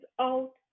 out